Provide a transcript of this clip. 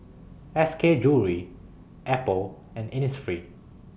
S K Jewellery Apple and Innisfree